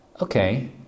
Okay